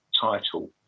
title